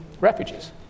refugees